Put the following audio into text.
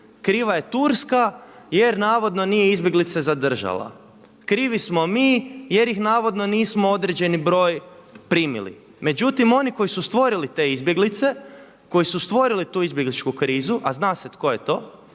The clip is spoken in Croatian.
kriva je Turska jer navodno nije izbjeglice zadržala. Krivi smo mi jer ih navodno nismo određeni broj primili. Međutim oni koji su stvorili te izbjeglice, koji su stvorili tu izbjegličku krizu, a zna se tko je to,